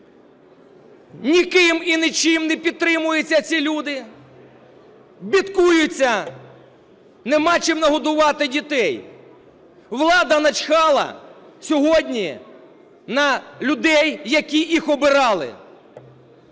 Ніким і нічим не підтримуються ці люди, бідкуються, нема чим нагодувати дітей. Влада начхала сьогодні на людей, які їх обирали.